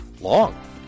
long